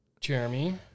Jeremy